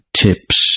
tips